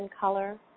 color